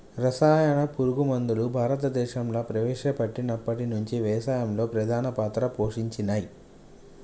రసాయన పురుగు మందులు భారతదేశంలా ప్రవేశపెట్టినప్పటి నుంచి వ్యవసాయంలో ప్రధాన పాత్ర పోషించినయ్